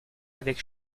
avec